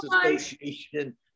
association